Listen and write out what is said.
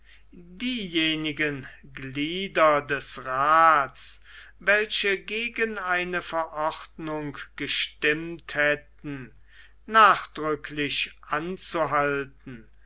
diejenigen glieder des raths welche gegen eine verordnung gestimmt hätten nachdrücklich anzuhalten